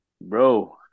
bro